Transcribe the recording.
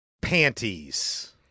panties